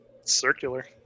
Circular